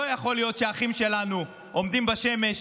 לא יכול להיות שהאחים שלנו עומדים בשמש,